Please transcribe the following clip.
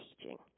teaching